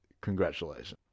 congratulations